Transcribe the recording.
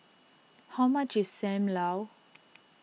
how much is Sam Lau